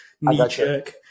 knee-jerk